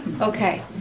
Okay